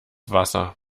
wasser